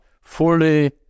fully